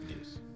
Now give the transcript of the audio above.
Yes